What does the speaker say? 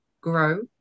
grow